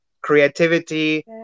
creativity